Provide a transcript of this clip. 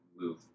move